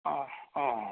ꯑꯥ ꯑꯥ